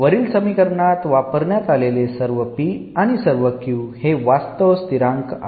वरील समीकरणात वापरण्यात आलेले सर्व p आणि सर्व q हे वास्तव स्थिरांक आहेत